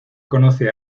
conoce